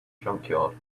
junkyard